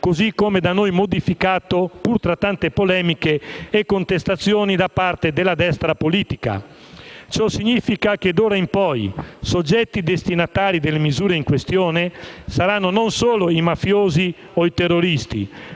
così come da noi modificato, pur tra tante polemiche e contestazioni da parte della destra politica. Ciò significa che, d'ora in poi, soggetti destinatari delle misure in questione saranno non solo i mafiosi o i terroristi,